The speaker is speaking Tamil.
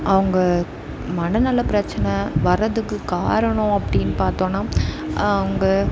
அவங்க மனநல பிரச்சனை வரதுக்கு காரணம் அப்படின்னு பார்த்தோன்னா அவங்க